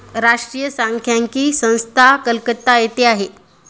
राष्ट्रीय सांख्यिकी संस्था कलकत्ता येथे आहे